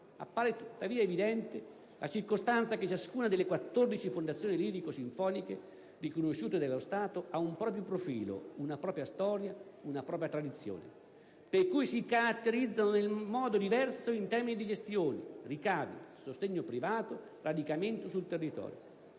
Appare tuttavia evidente la circostanza che ciascuna delle 14 Fondazioni lirico-sinfoniche riconosciute dallo Stato ha un proprio profilo, una propria storia, una propria tradizione per cui si caratterizzano in modo diverso in termini di gestione, ricavi, sostegno privato, radicamento sul territorio.